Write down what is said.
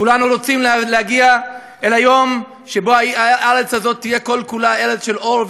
כולנו רוצים להגיע אל היום שבו הארץ הזאת תהיה כל-כולה ארץ של אור,